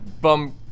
bum